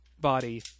body